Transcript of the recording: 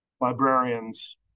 librarians